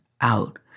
out